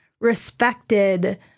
respected